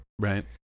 Right